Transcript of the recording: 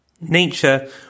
Nature